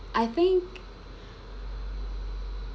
I think